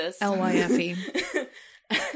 L-Y-F-E